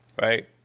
Right